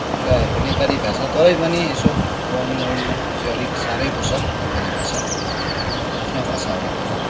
र अब नेपाली भाषा तरै पनि यसो पढ्नु ओर्नु चाहिँ अलिक साह्रै पर्छ नेपाली भाषा आफ्नै भाषा हो र पनि